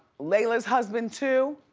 lela's husband too?